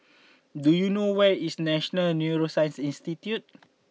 do you know where is National Neuroscience Institute